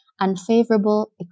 unfavorable